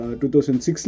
2006